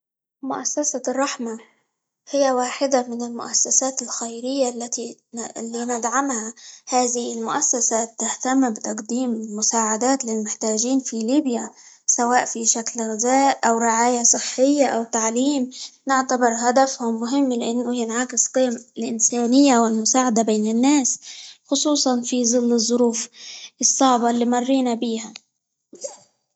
مؤسسة الرحمة هي واحدة من المؤسسات الخيرية -التي- اللى ندعمها، هذه المؤسسة تهتم بتقديم مساعدات للمحتاجين في ليبيا، سواء في شكل غذاء، أو رعاية صحية، أو تعليم، نعتبر هدفهم مهم؛ لأنه ينعكس قيم الإنسانية، والمساعدة بين الناس، خصوصًا في ظل الظروف الصعبة اللي مرينا بيها.